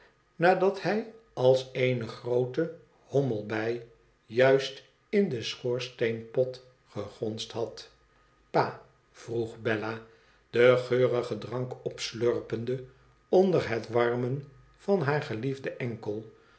nadat hij als eene groote homelbij juist in den schoorsteenpot gegonsd had pa vroeg bella den geurigen drank opslurpende onder het warmen van baar geliefden enkel